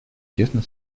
тесно